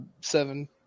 seven